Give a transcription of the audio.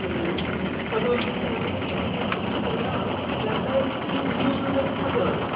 അപ്പോൾ നമ്മൾക്ക് ഞാൻ എല്ലാം രണ്ടായിരത്തി ഇരുന്നൂറ് രൂപക്ക് മതി ആവൂലേ